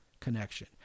connection